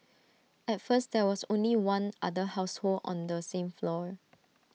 at first there was only one other household on the same floor